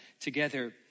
together